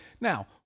Now